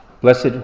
Blessed